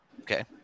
Okay